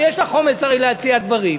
ויש לך אומץ הרי להציע דברים,